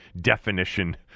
definition